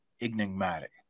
enigmatic